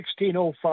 1605